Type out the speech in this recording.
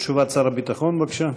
תשובת שר הביטחון בבקשה.